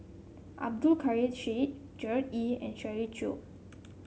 Abdul Kadir Syed Gerard Ee and Shirley Chew